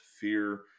fear